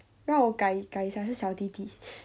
让我改一改一下是小弟弟